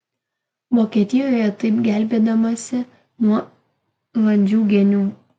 vokietijoje taip gelbėjamasi nuo landžių genių